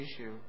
issue